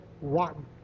rotten